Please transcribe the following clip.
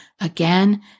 Again